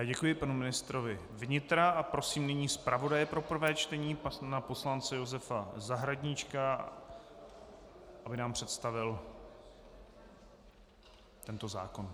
Děkuji panu ministrovi vnitra a prosím nyní zpravodaje pro první čtení pana poslance Josefa Zahradníčka, aby nám představil tento zákon.